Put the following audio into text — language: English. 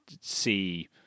see